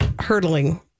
hurtling